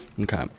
Okay